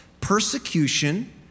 Persecution